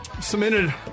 cemented